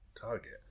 target